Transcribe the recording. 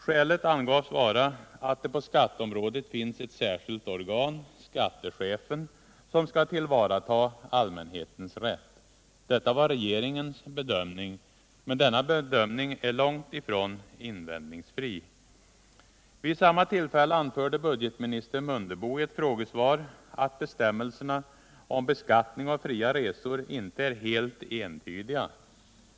Skälet angavs vara att det på skatteområdet finns ett särskilt organ, skattechefen, som skall tillvarata allmänhetens rätt. Detta var regeringens bedömning, men den är långt ifrån invändningsfri. Vid samma tillfälle anförde budgetminister Mundebo i ett frågesvar att bestämmelserna om beskattning av fria resor inte är helt entydiga.